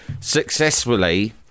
Successfully